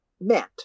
meant